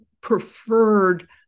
preferred